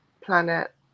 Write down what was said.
planet